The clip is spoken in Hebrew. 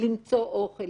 למצוא אוכל,